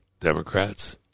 democrats